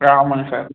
கிராமம் சார்